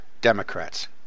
Democrats